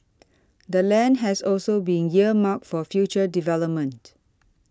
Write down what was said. the land has also been earmarked for future development